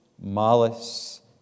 malice